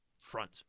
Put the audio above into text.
front